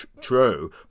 true